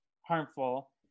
harmful